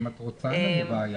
אין בעיה.